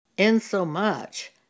insomuch